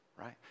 right